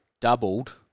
doubled